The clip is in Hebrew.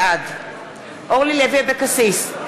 בעד אורלי לוי אבקסיס,